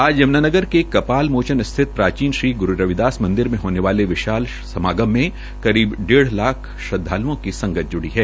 आज यमुनानगर के कपालमोचन स्थित प्राचीन श्री ग्रू रविदास मंदिर में होने वाले विशाल समागम में करीब डेढ़ लाख श्रदवालूओं की संगत जूटी है